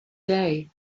day